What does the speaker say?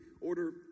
order